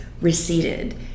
receded